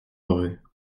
heureux